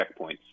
checkpoints